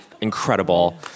incredible